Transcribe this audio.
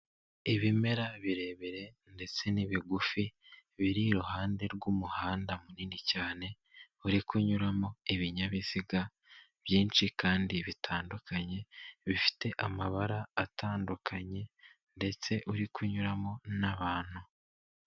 Ibimera birebire ndetse n'ibigufi, biri iruhande rw'umuhanda munini cyane ,uri kunyuramo ibinyabiziga byinshi kandi bitandukanye, bifite amabara atandukanye ndetse uri kunyuramo n'abantu.